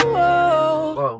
Whoa